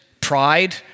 pride